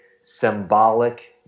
symbolic